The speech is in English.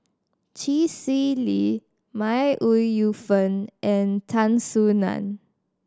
Chee Swee Lee May Ooi Yu Fen and Tan Soo Nan